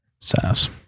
SAS